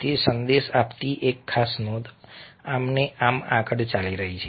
તે સંદેશ આપતી એક ખાસ નોંધ આમ ને આમ આગળ ચાલી રહી છે